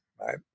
Right